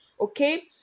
okay